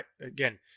Again